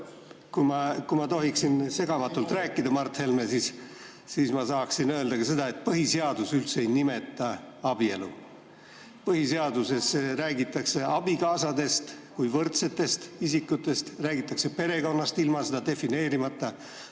Kui ma tohiksin segamatult rääkida, Mart Helme, siis ma tahaksin öelda ka seda, et põhiseadus üldse ei nimeta abielu. Põhiseaduses räägitakse abikaasadest kui võrdsetest isikutest, räägitakse perekonnast ilma seda defineerimata.